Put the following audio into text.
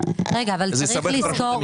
אבל להוריד את זה,